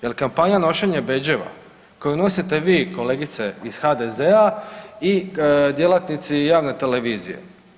Jel kampanja nošenje bedževa koje nosite vi kolegice iz HDZ-a i djelatnici javne televizije?